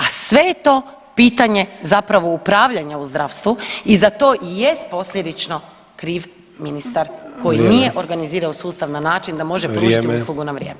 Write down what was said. A sve je to pitanje zapravo upravljanja u zdravstvu i za to i jest posljedično kriv ministar koji [[Upadica Sanader: Vrijeme.]] nije organizirao sustav na način da može [[Upadica Sanader: Vrijeme.]] pružiti uslugu na vrijeme.